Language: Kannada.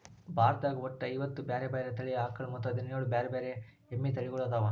ಭಾರತದಾಗ ಒಟ್ಟ ಐವತ್ತ ಬ್ಯಾರೆ ಬ್ಯಾರೆ ತಳಿ ಆಕಳ ಮತ್ತ್ ಹದಿನೇಳ್ ಬ್ಯಾರೆ ಬ್ಯಾರೆ ಎಮ್ಮಿ ತಳಿಗೊಳ್ಅದಾವ